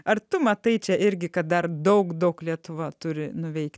ar tu matai čia irgi kad dar daug daug lietuva turi nuveikti